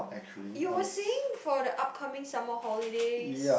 you were saying for the up coming summer holidays